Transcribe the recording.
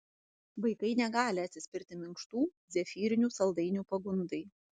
vaikai negali atsispirti minkštų zefyrinių saldainių pagundai